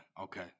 okay